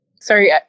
sorry